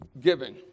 giving